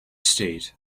state